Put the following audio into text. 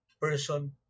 person